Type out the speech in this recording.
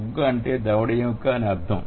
బుగ్గ అంటే దవడ ఎముక అని అర్థం